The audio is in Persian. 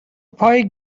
پای